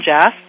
Jeff